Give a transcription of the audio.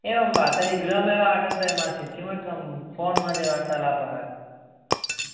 एवं वा तर्हि गृहमेव आगन्तव्यमासीत् किमर्थं फ़ोन्मध्ये वार्तालापः